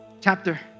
chapter